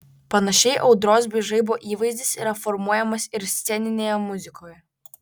panašiai audros bei žaibo įvaizdis yra formuojamas ir sceninėje muzikoje